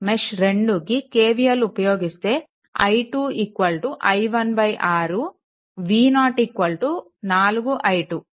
మెష్2కి KVL ఉపయోగిస్తే i2 i1 6 v0 4 i2